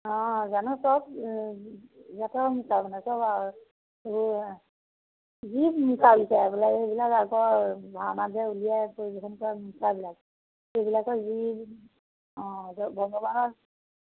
জানো চব ইয়াতে মুখা বনায় চব আৰু সেইবোৰ যি মুখা বিচাৰে আপোনালোকে সেইবিলাক আগৰ ভাওনাত যে উলিয়ায় পৰিবেশন কৰা মুখাবিলাক সেইবিলাকৰ যি ভগৱানৰ